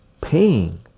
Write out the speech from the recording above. paying